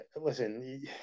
listen